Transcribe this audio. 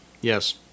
Yes